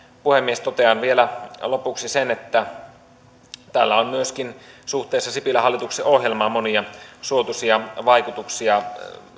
puhemies totean vielä lopuksi sen että tällä on myöskin suhteessa sipilän hallituksen ohjelmaan monia suotuisia vaikutuksia